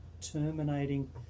terminating